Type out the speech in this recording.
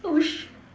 oh shit